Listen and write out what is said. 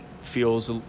feels